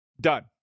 done